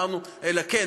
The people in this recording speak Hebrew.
אלא כן,